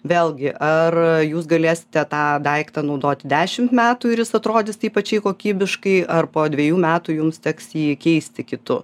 vėlgi ar jūs galėsite tą daiktą naudoti dešimt metų ir jis atrodys ypačiai kokybiškai ar po dvejų metų jums teks jį keisti kitu